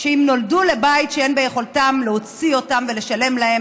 שמי שנולדו לבית שאין ביכולתו להוציא אותם ולשלם להם